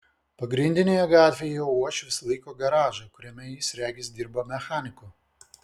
pagrindinėje gatvėje uošvis laiko garažą kuriame jis regis dirba mechaniku